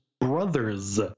brothers